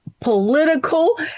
political